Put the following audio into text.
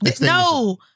No